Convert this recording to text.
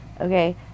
Okay